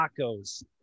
tacos